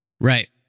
Right